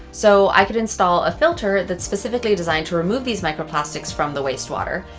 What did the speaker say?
so i could install a filter that's specifically designed to remove these microplastics from the wastewater.